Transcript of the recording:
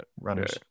runners